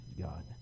God